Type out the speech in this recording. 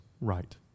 right